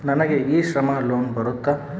ನನಗೆ e Shram loan ಬರುತ್ತಾ?